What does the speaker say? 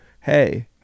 hey